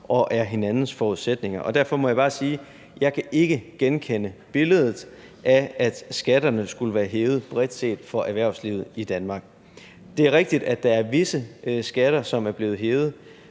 og er hinandens forudsætninger, og derfor må jeg bare sige, at jeg ikke kan genkende billedet af, at skatterne skulle være hævet bredt set for erhvervslivet i Danmark. Det er rigtigt, at der er visse skatter, som er blevet hævet,